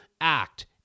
act